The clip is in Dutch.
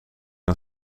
een